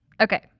Okay